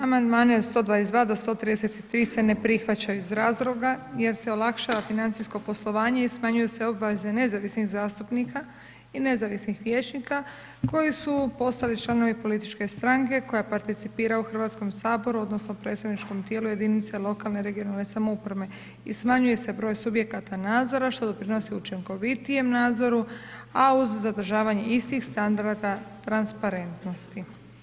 Amandmane od 122. do 133. se ne prihvaćaju iz razloga jer se olakšava financijsko poslovanje i smanjuju se obveze nezavisnih zastupnika i nezavisnih vijećnika koji su postali članovi političke stranke koja participira u HS-u odnosno predstavničkom tijelu jedinice lokalne i regionalne samouprave i smanjuje se broj subjekata nadzora što doprinosi učinkovitijem nadzoru, a uz zadržavanje istih standarda transparentnosti.